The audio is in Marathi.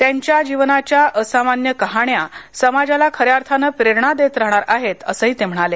त्यांच्या जीवनाच्या असामान्य कहाण्या समाजाला ख या अर्थाने प्रेरणा देत राहणार आहेत असं ते म्हणाले